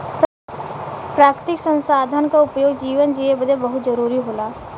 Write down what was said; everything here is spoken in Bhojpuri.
प्राकृतिक संसाधन क उपयोग जीवन जिए बदे बहुत जरुरी होला